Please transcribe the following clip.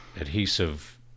adhesive